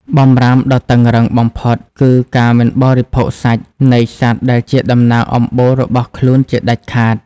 បម្រាមដ៏តឹងរ៉ឹងបំផុតគឺ "ការមិនបរិភោគសាច់" នៃសត្វដែលជាតំណាងអំបូររបស់ខ្លួនជាដាច់ខាត។